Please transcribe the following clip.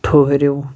ٹھٔہرِو